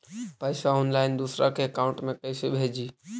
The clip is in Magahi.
पैसा ऑनलाइन दूसरा के अकाउंट में कैसे भेजी?